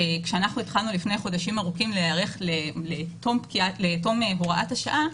שכשאנחנו התחלנו לפני חודשים ארוכים להיערך לתום הוראת השעה,